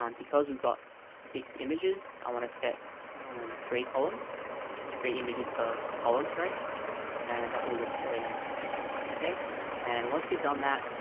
um because we've got six images, i want to set three columns three images per column, sorry and that will look really nice and once you've done that,